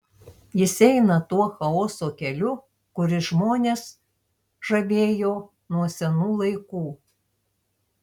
jis eina tuo chaoso keliu kuris žmonės žavėjo nuo senų laikų